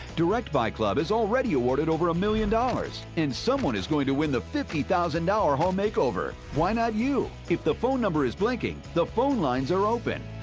directbuy club has already awarded over a million dollars, dollars, and someone is going to win the fifty thousand dollar home makeover. why not you? if the phone number is blinking, the phone lines are open.